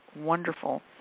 wonderful